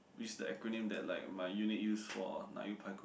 which is the acronym that like my unique use for 奶油排骨饭